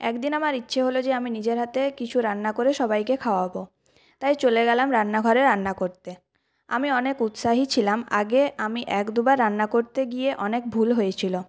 একদিন আমার ইচ্ছা হল যে আমি নিজের হাতে কিছু রান্না করে সবাইকে খাওয়াবো তাই চলে গেলাম রান্নাঘরে রান্না করতে আমি অনেক উৎসাহী ছিলাম আগে আমি এক দুবার রান্না করতে গিয়ে অনেক ভুল হয়েছিলো